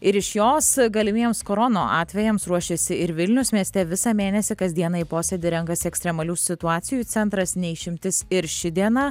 ir iš jos galimiems korono atvejams ruošėsi ir vilniaus mieste visą mėnesį kasdieną į posėdį renkasi ekstremalių situacijų centras ne išimtis ir ši diena